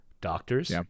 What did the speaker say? doctors